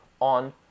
on